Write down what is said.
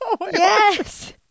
Yes